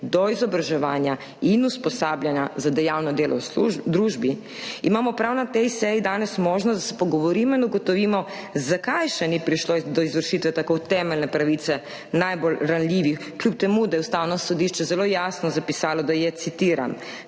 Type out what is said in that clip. do izobraževanja in usposabljanja za dejavno delo v družbi, imamo prav na tej seji danes možnost, da se pogovorimo in ugotovimo, zakaj še ni prišlo do izvršitve tako temeljne pravice najbolj ranljivih. Kljub temu da je Ustavno sodišče zelo jasno zapisalo, da je, citiram,